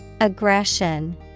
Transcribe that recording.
Aggression